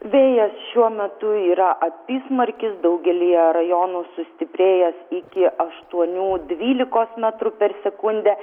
vėjas šiuo metu yra apysmarkis daugelyje rajonų sustiprėjęs iki aštuonių dvylikos metrų per sekundę